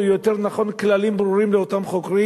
או יותר נכון כללים ברורים לאותם חוקרים